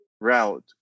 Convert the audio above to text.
route